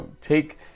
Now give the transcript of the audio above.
take